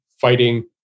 fighting